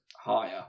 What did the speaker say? Higher